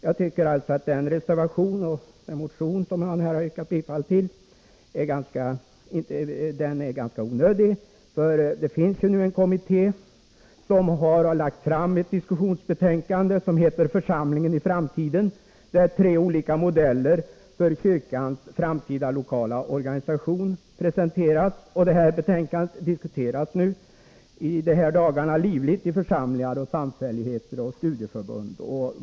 Jag tycker att den motion och den reservation som han här yrkat bifall till är ganska onödiga — det finns nu en kommitté som har lagt fram ett diskussionsbetänkande som heter Församlingen i framtiden, där tre olika modeller för kyrkans framtida lokala organisation presenteras. Betänkandet diskuteras i de här dagarna livligt i församlingar, samfälligheter och studieförbund.